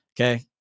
Okay